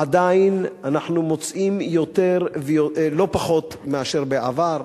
עדיין אנחנו מוצאים לא פחות מאשר בעבר